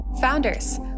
Founders